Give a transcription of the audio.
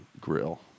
Grill